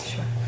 Sure